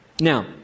Now